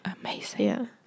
amazing